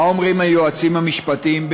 מה אומרים היועצים המשפטיים,